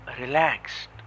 relaxed